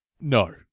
No